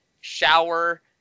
shower